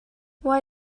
why